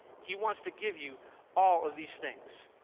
he wants to give you all of these things,